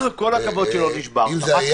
כל הכבוד שלא נשברת.